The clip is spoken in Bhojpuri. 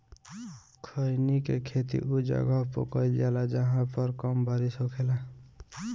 खईनी के खेती उ जगह पर कईल जाला जाहां बहुत कम बारिश होखेला